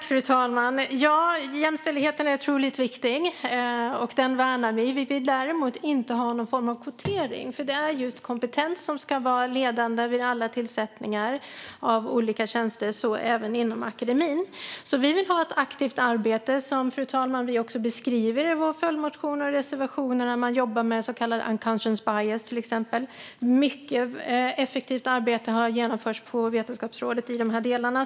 Fru talman! Jämställdheten är otroligt viktig. Den värnar vi. Vi vill däremot inte ha någon form av kvotering. Det är just kompetens som ska vara ledande vid alla tillsättningar av olika tjänster, även inom akademin. Vi vill ha ett aktivt arbete, vilket vi också beskriver i våra följdmotioner och reservationer, där man jobbar med till exempel så kallad unconscious bias. Mycket effektivt arbete har genomförts på Vetenskapsrådet i de delarna.